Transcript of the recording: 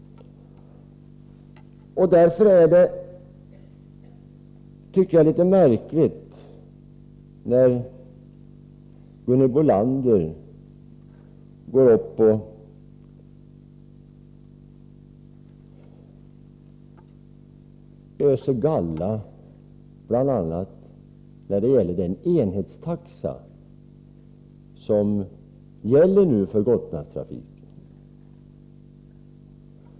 Därför är det, tycker jag, litet märkligt när Gunhild Bolander går upp och öser galla bl.a. över den enhetstaxa som gäller för Gotlandstrafiken.